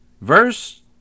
verse